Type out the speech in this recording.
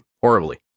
horribly